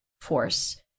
force